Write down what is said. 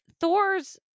Thor's